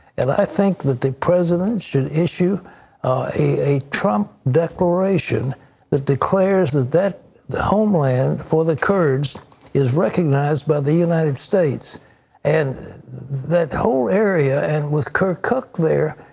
and i think that the president should issue a trump declaration that declares that that homeland for the kurds is recognized by the united states and that whole area and with kirkuk there,